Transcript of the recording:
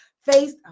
face